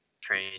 train